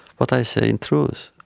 but i say, in truth,